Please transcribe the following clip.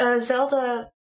Zelda